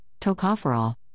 Tocopherol